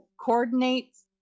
coordinates